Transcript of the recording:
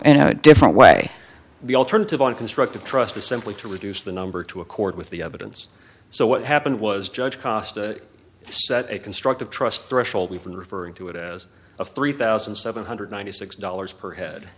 and a different way the alternative unconstructive trust is simply to reduce the number to accord with the evidence so what happened was judge cost to set a constructive trust threshold we've been referring to it as of three thousand seven hundred ninety six dollars per head